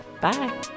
Bye